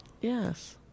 Yes